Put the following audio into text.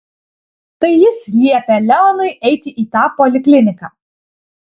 tai jis liepė leonui eiti į tą polikliniką